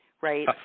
right